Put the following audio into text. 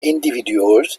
individuals